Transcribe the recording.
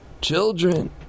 children